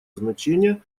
значение